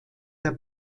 der